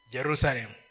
Jerusalem